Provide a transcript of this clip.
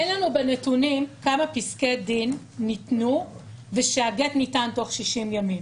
אין לנו בנתונים כמה פסקי דין ניתנו והגט ניתן בתוך 60 ימים.